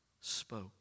spoke